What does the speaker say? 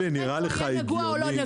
אם יהיה נגוע או לא נגוע?